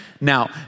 Now